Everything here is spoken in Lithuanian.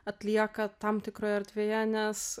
atlieka tam tikroje erdvėje nes